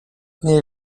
nie